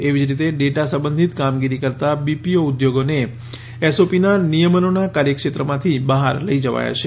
એવી જ રીતે ડેટા સંબંધીત કામગીરી કરતા બીપી ઉદ્યોગોને ઓએસપીના નિયમનોના કાર્યક્ષેત્રમાંથી બહાર લઈ જવાયા છે